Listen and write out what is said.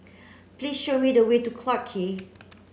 please show me the way to Clarke Quay